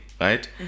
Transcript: right